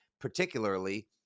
particularly